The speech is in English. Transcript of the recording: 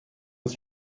was